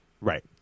right